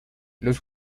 los